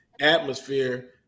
atmosphere